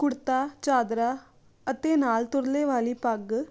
ਕੁੜਤਾ ਚਾਦਰਾ ਅਤੇ ਨਾਲ ਤੁਰਲੇ ਵਾਲੀ ਪੱਗ